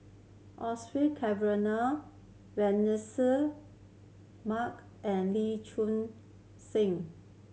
Cavenagh Vanessa Mark and Lee Choon Seng